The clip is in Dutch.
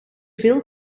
veel